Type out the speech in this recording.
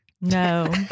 No